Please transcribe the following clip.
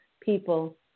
people